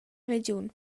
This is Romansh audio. regiun